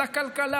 לכלכלה,